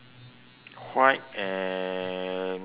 white and green